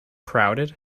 crowded